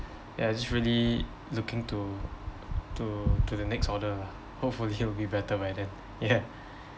ya just really looking to to to the next order lah hopefully will be better by then yeah